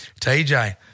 TJ